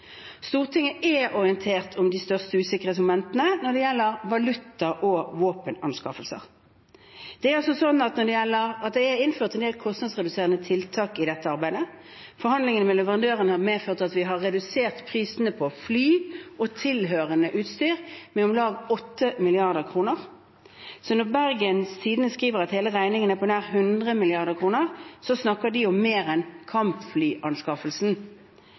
Stortinget er orientert om de største usikkerhetsmomentene når det gjelder valuta og våpenanskaffelser. Det er innført en del kostnadsreduserende tiltak i dette arbeidet. Forhandlingene med leverandøren har medført at vi har redusert prisene på fly og tilhørende utstyr med om lag 8 mrd. kr. Så når Bergens Tidende skriver at hele regningen er på nær 100 mrd. kr, snakker de om mer enn kampflyanskaffelsen.